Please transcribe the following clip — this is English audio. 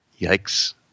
Yikes